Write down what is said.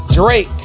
Drake